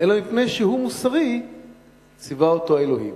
אלא מפני שהוא מוסרי ציווה אותו האלוהים,